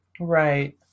Right